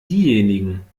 diejenigen